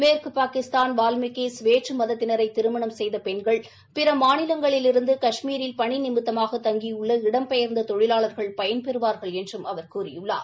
மேற்கு பாகிஸ்தான் வால்மிகிஸ் வேற்று மதத்தினரை திருமணம் செய்த பெண்கள் பிற மாநிலங்களிலிருந்து கஷ்மீரில் பணி நிமித்தமாக தங்கியுள்ள இடம்பெயர்ந்த தொழிலாளர்கள் பயன்பெறுவார்கள் என்ற அவர் கூறியுள்ளார்